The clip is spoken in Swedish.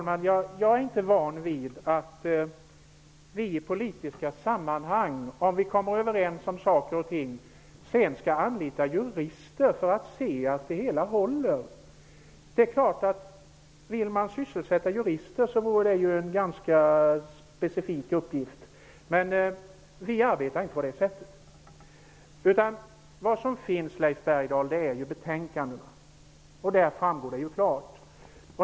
Herr talman! Jag är inte van vid att vi i politiska sammanhang, efter att vi har kommit överens om saker och ting, skall anlita jurister för att kontrollera att det hela håller. Om man vill sysselsätta jurister vore detta ju en ganska specifik uppgift, men vi arbetar inte på det sättet. Det framgår klart av betänkandena vad som gäller.